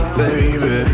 baby